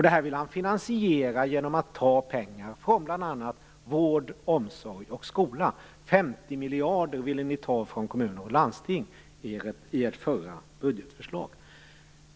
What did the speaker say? Detta vill han finansiera bl.a. genom att ta pengar från vård, omsorg och skola. 50 miljarder ville moderaterna ta från kommuner och landsting i sitt förra budgetförslag.